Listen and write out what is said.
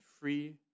free